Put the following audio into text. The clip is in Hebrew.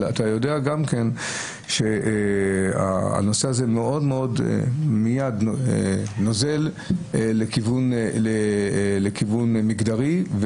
גם אתה יודע שהנושא הזה מיד נוזל לכיוון מגדרי.